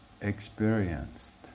experienced